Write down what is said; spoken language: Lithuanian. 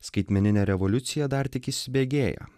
skaitmeninė revoliucija dar tik įsibėgėja